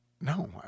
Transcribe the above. No